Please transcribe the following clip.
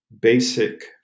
basic